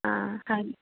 ꯈꯪꯉꯦ